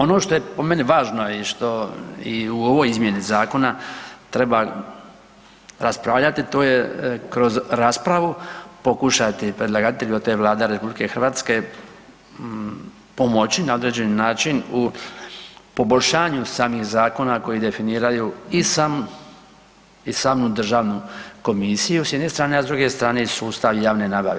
Ono što je po meni važno i ono što u ovoj izmjeni zakona treba raspravljati, to je kroz raspravu pokušati predlagatelju, a to je Vlada RH pomoći na određeni način u poboljšanju samih zakona koji definiraju i samu državnu komisiju s jedne strane, a s druge strane sustav javne nabave.